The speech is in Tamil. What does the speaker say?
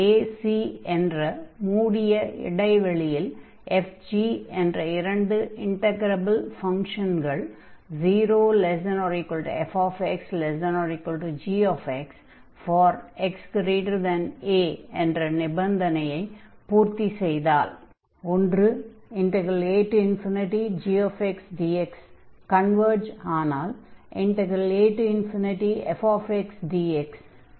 ac∀c≥a என்ற இடைவெளியில் f g என்ற இரண்டு இண்டக்ரபில் ஃபங்ஷன்கள் 0≤f≤g∀xa என்ற நிபந்தனையைப் பூர்த்தி செய்தால் agxdx கன்வர்ஜ் ஆனால் afxdx கன்வர்ஜ் ஆகும்